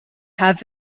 have